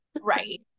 Right